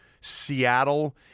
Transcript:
Seattle